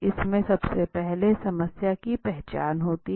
इसमे सबसे पहले समस्या की पहचान होती है